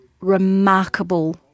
remarkable